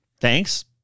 Thanks